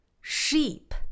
sheep